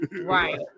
Right